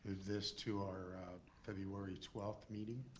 this to our february twelfth meeting?